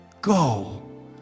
go